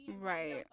right